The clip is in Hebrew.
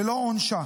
ולא עונשה.